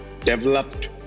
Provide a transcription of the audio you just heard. developed